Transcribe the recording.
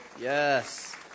Yes